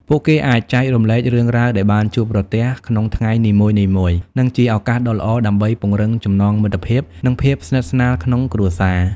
ពួកគេអាចចែករំលែករឿងរ៉ាវដែលបានជួបប្រទះក្នុងថ្ងៃនីមួយៗ និងជាឱកាសដ៏ល្អដើម្បីពង្រឹងចំណងមិត្តភាព និងភាពស្និទ្ធស្នាលក្នុងគ្រួសារ។